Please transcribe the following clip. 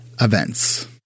events